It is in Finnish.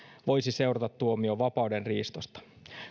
voisi seurata tuomio vapaudenriistosta